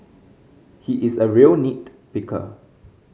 he is a real nit picker